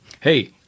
Hey